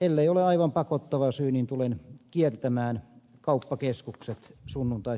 ellei ole aivan pakottava syy tulen kiertämään kauppakeskukset sunnuntaisin